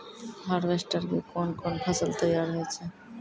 Harvester के कोन कोन फसल तैयार होय छै?